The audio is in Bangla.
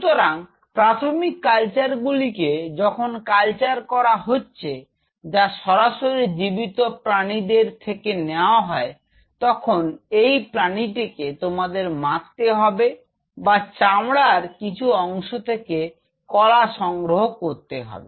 সুতরাং প্রাথমিক কালচার গুলিকে যখন কালচার করা হচ্ছে যা সরাসরি জীবিত প্রাণীদের থেকে নেওয়া হয় তখন এই প্রাণীটিকে তোমাদের মারতে হবে বা চামড়ার কিছু অংশ থেকে কলা সংগ্রহ করতে হবে